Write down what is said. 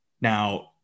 Now